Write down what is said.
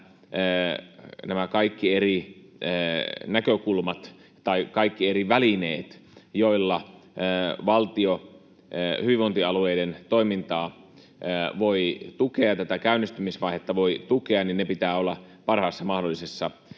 on aivan selvää, että kaikkien eri välineiden, joilla valtio hyvinvointialueiden toimintaa ja tätä käynnistymisvaihetta voi tukea, pitää olla parhaassa mahdollisessa